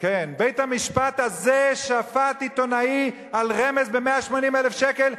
בית-המשפט הזה שפט עיתונאי על רמז ב-180,000 שקל,